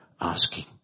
asking